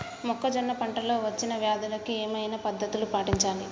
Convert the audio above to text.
మొక్కజొన్న పంట లో వచ్చిన వ్యాధులకి ఏ విధమైన పద్ధతులు పాటించాలి?